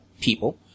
people